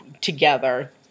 together